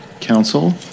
Council